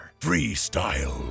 Freestyle